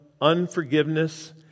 unforgiveness